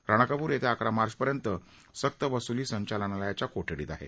राणा कपूर येत्या अकरा मार्चपर्यंत सक्त वसूली संचालनालयाच्या कोठडीत आहे